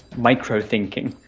micro thinking.